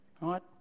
right